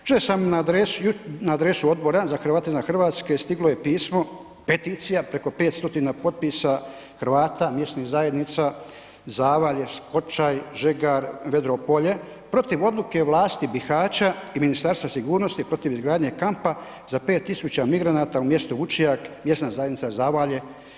Jučer sam na adresu Odbora za Hrvate izvan Hrvatske stiglo je pismo, peticija preko 5 stotina potpisa Hrvata, mjesnih zajednica, Zavalje, Skočaj, Žegar, Vedro Polje, protiv odluke vlasti Bihaća i Ministarstva sigurnosti protiv izgradnje kampa za 5 tisuća migranata u mjesto Vučjak, mjesna zajednica Zavalje.